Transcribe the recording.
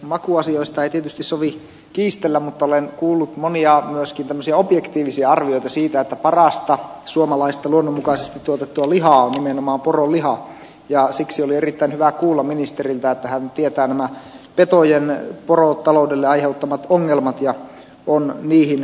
makuasioista ei tietysti sovi kiistellä mutta olen kuullut monia myöskin tämmöisiä objektiivisia arvioita siitä että parasta suomalaista luonnonmukaisesti tuotettua lihaa on nimenomaan poronliha ja siksi oli erittäin hyvä kuulla ministeriltä että hän tietää nämä petojen porotaloudelle aiheuttamat ongelmat ja on niihin puuttumassa